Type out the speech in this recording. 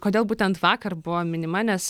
kodėl būtent vakar buvo minima nes